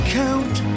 count